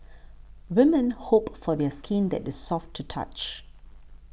women hope for skin that is soft to the touch